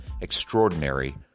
extraordinary